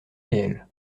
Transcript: réel